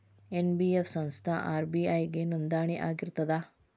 NBF ಸಂಸ್ಥಾ RBI ಗೆ ನೋಂದಣಿ ಆಗಿರ್ತದಾ?